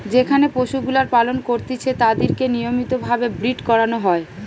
যেখানে পশুগুলার পালন করতিছে তাদিরকে নিয়মিত ভাবে ব্রীড করানো হয়